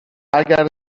اگر